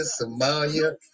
Somalia